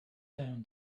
down